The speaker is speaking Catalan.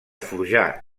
forjar